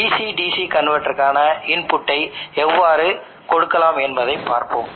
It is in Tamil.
எனவே கரண்ட் ஸ்கேலிங் முறை மிகவும் துல்லியமான முறையாக இருக்கலாம்